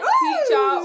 teacher